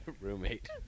roommate